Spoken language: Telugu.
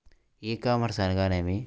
ఈ కామర్స్ అనగానేమి?